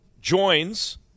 joins